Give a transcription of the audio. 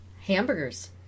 hamburgers